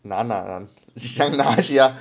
那那那那些